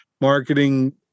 marketing